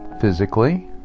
physically